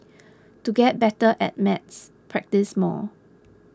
to get better at maths practise more